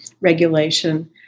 regulation